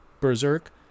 berserk